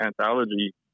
anthology